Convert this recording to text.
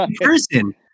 person